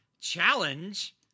challenge